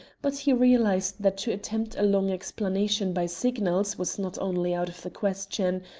but he realized that to attempt a long explanation by signals was not only out of the question,